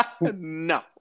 No